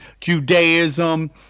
Judaism